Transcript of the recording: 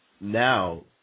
now